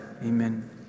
Amen